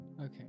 okay